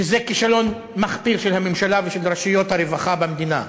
כישלון מחפיר של הממשלה ושל רשויות הרווחה במדינה,